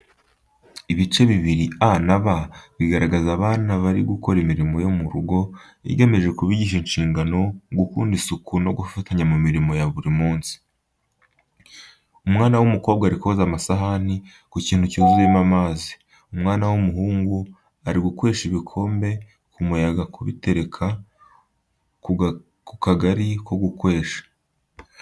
Ibice bibiri A na B bigaragaza abana bari gukora imirimo yo mu rugo, igamije kubigisha inshingano, gukunda isuku no gufatanya mu mirimo ya buri munsi. Umwana w’umukobwa ari koza amasahani mu kintu cyuzuyemo amazi. Umwana w’umuhungu ari gukwesha ibikombe ku muyaga kubitereka ku kagari ko gukwesha.